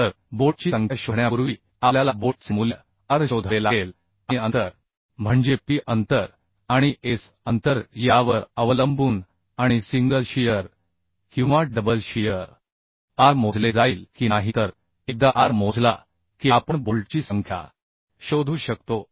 तर बोल्टची संख्या शोधण्यापूर्वी आपल्याला बोल्टचे मूल्य r शोधावे लागेल आणि अंतर म्हणजे p अंतर आणि s अंतर यावर अवलंबून आणि सिंगल शियर किंवा डबल शियर r मोजले जाईल की नाही तर एकदा r मोजला की आपण बोल्टची संख्या शोधू शकतो